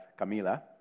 Camila